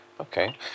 Okay